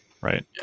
right